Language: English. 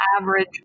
average